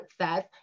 says